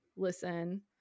listen